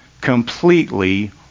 completely